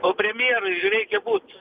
o premjerui reikia būt